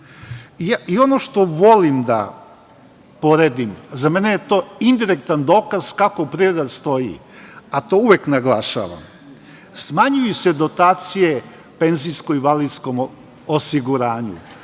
što volim da poredim, za mene je to indirektan dokaz kako privreda stoji, a to uvek naglašavam, smanjuju se dotacije penzijsko-invalidskom osiguranju.